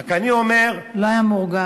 רק אני אומר, לא היה מורגש.